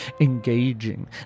engaging